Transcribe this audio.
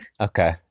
Okay